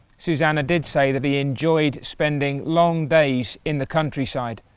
susannah did say that he enjoyed spending long days in the countryside.